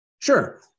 Sure